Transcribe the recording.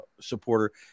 supporter